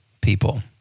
people